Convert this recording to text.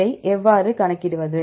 இதை எவ்வாறு கணக்கிடுவது